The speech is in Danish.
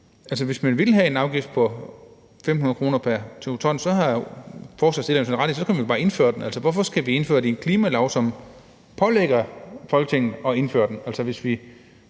Hvis man vil have en afgift på 1.500 kr. pr. t CO2, har forslagsstillerne ret i, at man bare kan indføre den, så hvorfor skal vi indføre det i en klimalov, som så pålægger Folketinget at indføre den?